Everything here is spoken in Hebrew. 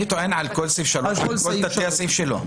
אני טוען על כל סעיף (3) על כל תתי הסעיף שלו.